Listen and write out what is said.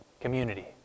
community